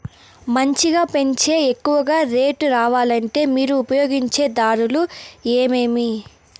మంచిగా పెంచే ఎక్కువగా రేటు రావాలంటే మీరు ఉపయోగించే దారులు ఎమిమీ?